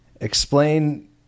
Explain